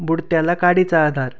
बुडत्याला काडीचा आधार